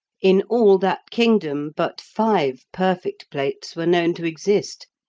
in all that kingdom but five perfect plates were known to exist,